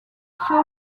social